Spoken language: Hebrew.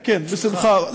כן, בשמחה.